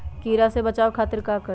कीरा से बचाओ खातिर का करी?